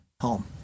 home